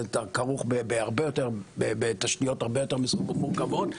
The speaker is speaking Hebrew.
זה כרוך בתשתיות הרבה יותר מורכבות.